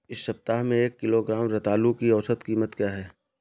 इस सप्ताह में एक किलोग्राम रतालू की औसत कीमत क्या है?